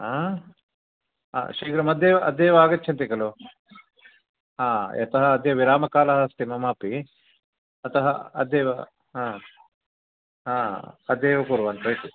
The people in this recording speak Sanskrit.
आ शीघ्रम् अद्यैव अद्यैव आगच्छन्ति खलु हा यतः अद्य विरामकालः अस्ति मम अपि ततः अद्यैव हा हा अद्यैव कुर्वन्तु इति